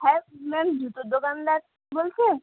হ্যাঁ ম্যাম জুতো দোকানদার বলছেন